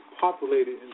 populated